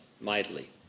mightily